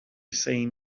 saying